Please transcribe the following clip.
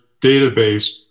database